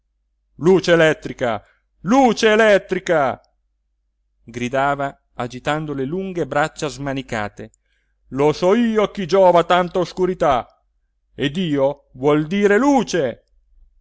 luce elettrica luce elettrica gridava agitando le lunghe braccia smanicate lo so io a chi giova tanta oscurità e dio vuol dire luce